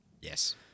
Yes